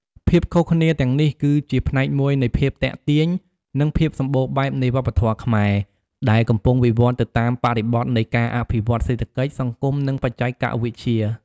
ភាពខុសគ្នាទាំងនេះ គឺជាផ្នែកមួយនៃភាពទាក់ទាញ និងភាពសម្បូរបែបនៃវប្បធម៌ខ្មែរ ដែលកំពុងវិវត្តន៍ទៅតាមបរិបទនៃការអភិវឌ្ឍន៍សេដ្ឋកិច្ច សង្គម និងបច្ចេកវិទ្យា។